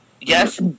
yes